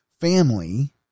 family